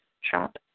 shop